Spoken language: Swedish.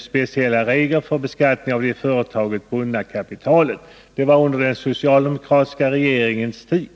speciella regler för beskattning av det i företagen bundna kapitalet. Det var under den socialdemokratiska regeringens tid.